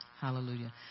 Hallelujah